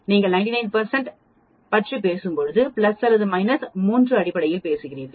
நீங்கள் 99 பற்றி பேசும்போது பிளஸ் அல்லது மைனஸ் 3 அடிப்படையில் பேசுகிறோம்